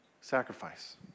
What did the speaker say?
sacrifice